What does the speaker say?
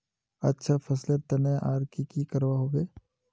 अच्छा फसलेर तने आर की की करवा होबे?